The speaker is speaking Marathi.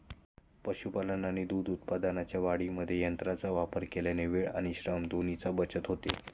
पशुपालन आणि दूध उत्पादनाच्या वाढीमध्ये यंत्रांचा वापर केल्याने वेळ आणि श्रम दोन्हीची बचत होते